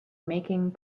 making